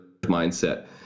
mindset